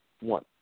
one